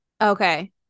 Okay